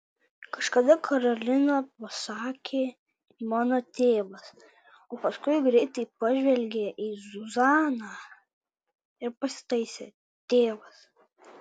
kažkada karolina pasakė mano tėvas o paskui greitai pažvelgė į zuzaną ir pasitaisė tėvas